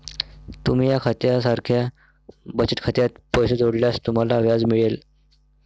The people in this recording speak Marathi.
तुम्ही या खात्या सारख्या बचत खात्यात पैसे जोडल्यास तुम्हाला व्याज मिळेल